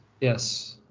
Yes